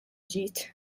ġid